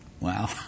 Wow